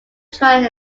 trail